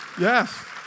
yes